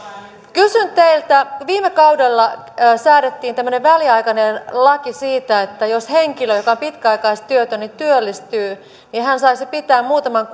kysyn teiltä viime kaudella säädettiin väliaikainen laki siitä että jos henkilö joka on pitkäaikaistyötön työllistyy niin hän saisi pitää muutaman